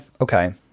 Okay